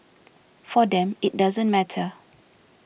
for them it doesn't matter